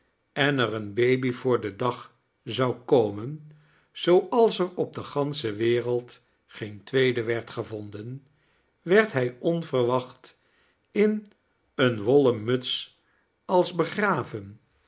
en er een baby voor den dag zou komen zooals er op de gansohe wereld geen tweed werd gevonden werd hij onverwacht in eene wollen muts als begraven